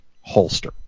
holster